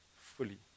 fully